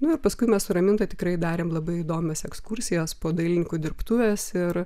nu ir paskui mes su raminta tikrai darėm labai įdomias ekskursijas po dailininkų dirbtuves ir